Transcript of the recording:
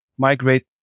migrate